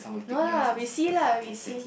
no lah we see lah we see